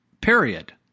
period